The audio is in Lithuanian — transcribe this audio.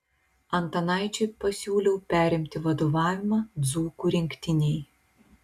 antanaičiui pasiūliau perimti vadovavimą dzūkų rinktinei